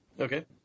Okay